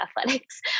athletics